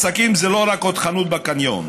עסקים זה לא רק עוד חנות בקניון,